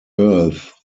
earth